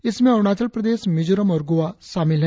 इसमें अरुणाचल प्रदेश मिजोरम और गोवा शामिल है